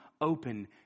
open